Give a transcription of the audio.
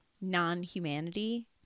non-humanity